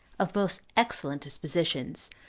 of most excellent dispositions,